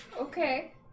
Okay